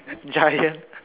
giant